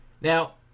Now